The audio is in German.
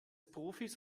profis